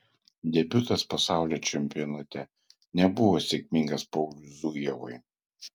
debiutas pasaulio čempionate nebuvo sėkmingas pauliui zujevui